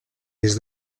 des